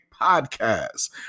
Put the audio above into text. podcast